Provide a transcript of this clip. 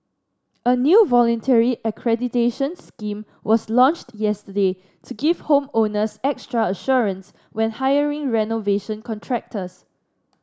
a new voluntary accreditation scheme was launched yesterday to give home owners extra assurance when hiring renovation contractors